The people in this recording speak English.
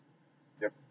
yup